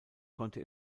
konnte